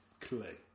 Clay